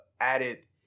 added